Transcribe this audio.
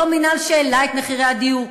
אותו מינהל שהעלה את מחירי הדיור,